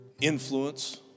influence